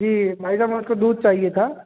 जी भाई साहब मुझको दूध चाहिए था